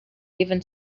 even